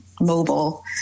mobile